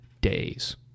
days